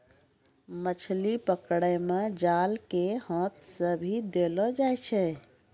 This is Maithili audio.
मछली पकड़ै मे जाल के हाथ से भी देलो जाय छै